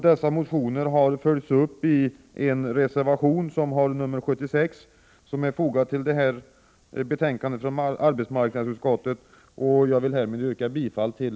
Dessa motioner har följts upp i reservation 76, som är fogad till arbetsmarknadsutskottets betänkande 13, vilken jag härmed yrkar bifall till.